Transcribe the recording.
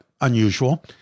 unusual